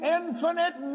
infinite